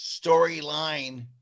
storyline